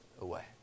away